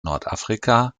nordafrika